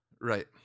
Right